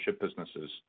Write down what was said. businesses